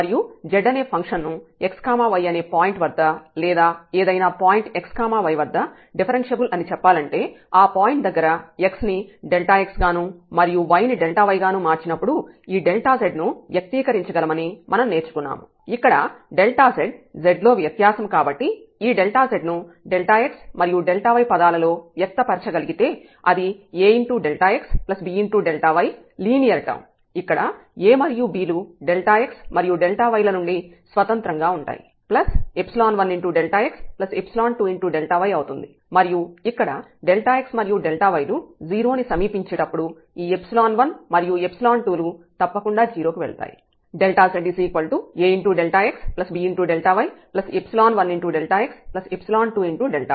మరియు z అనే function ను x y అనే పాయింట్ వద్ద లేదా ఏదైనా పాయింట్ x y వద్ద డిఫరెన్ష్యబుల్ అని చెప్పాలంటే ఆ పాయింట్ దగ్గర x ని x గాను మరియు y ని y గాను మార్చినప్పుడు ఈ z ను వ్యక్తీకరించగలమని మనం నేర్చుకున్నాము ఇక్కడ z z లో వ్యత్యాసం కాబట్టి ఈ zను x మరియు y పదాలలో వ్యక్తపరచగలిగితే అది axbΔy లీనియర్ టర్మ్ ఇక్కడ aమరియు b లు x మరియు y ల నుండి స్వతంత్రంగా ఉంటాయి ప్లస్ 1x2y అవుతుంది మరియు ఇక్కడ x మరియు y లు 0 ని సమీపించేటప్పుడు ఈ 1 మరియు 2 లు తప్పకుండా 0 కి వెళ్తాయి